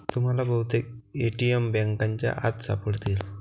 तुम्हाला बहुतेक ए.टी.एम बँकांच्या आत सापडतील